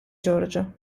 giorgio